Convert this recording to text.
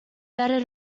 better